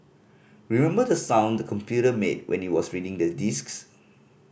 remember the sound the computer made when it was reading the disks